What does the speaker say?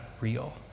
real